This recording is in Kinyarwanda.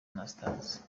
anastase